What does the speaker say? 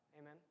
Amen